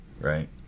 right